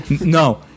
No